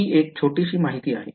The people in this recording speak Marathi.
हि एक छोटीशी माहिती आहे